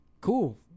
cool